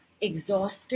exhausted